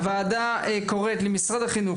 הוועדה קוראת למשרד החינוך,